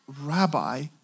rabbi